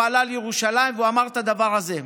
הוא עלה לירושלים ואמר את הדבר הזה: